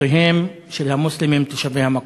ברגשותיהם של המוסלמים תושבי המקום.